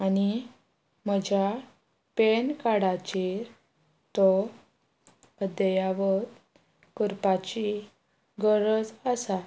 आनी म्हज्या पॅन कार्डाचेर तो अद्यावत करपाची गरज आसा